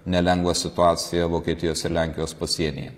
nelengvą situaciją vokietijos ir lenkijos pasienyje